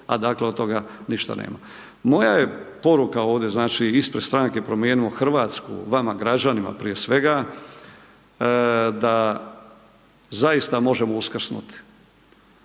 a dakle od toga ništa nema. Moja je poruka ovdje znači ispred stranka Promijenimo Hrvatsku vama građanima prije svega da zaista možemo uskrsnuti.